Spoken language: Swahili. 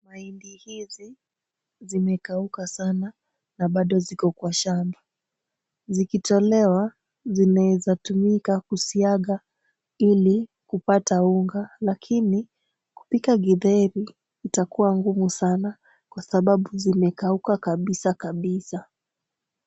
Mahindi hizi zimekauka sana na bado ziko kwa shamba. Zikitolewa zinaeza tumika kusiaga ili kupata unga lakini kupika githeri itakuwa ngumu sana kwa sababu zimekauka kabisa kabisa.